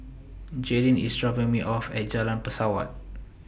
Jaylin IS dropping Me off At Jalan Pesawat